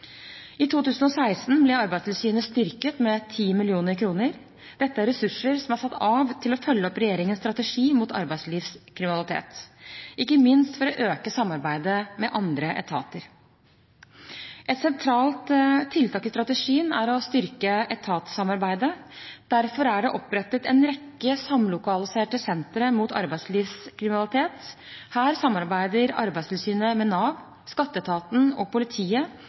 I 2016 ble Arbeidstilsynet styrket med 10 mill. kr. Dette er ressurser som er satt av til å følge opp regjeringens strategi mot arbeidslivskriminalitet, ikke minst for å øke samarbeidet med andre etater. Et sentralt tiltak i strategien er å styrke etatssamarbeidet. Derfor er det opprettet en rekke samlokaliserte sentre mot arbeidslivskriminalitet. Her samarbeider Arbeidstilsynet med Nav, skatteetaten og politiet